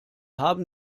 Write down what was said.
haben